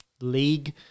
League